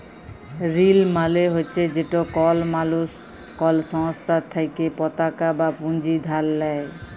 ঋল মালে হছে যেট কল মালুস কল সংস্থার থ্যাইকে পতাকা বা পুঁজি ধার লেই